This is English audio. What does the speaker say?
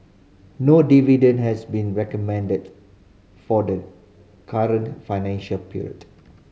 no dividend has been recommended for the current financial period